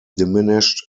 diminished